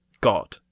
God